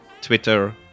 Twitter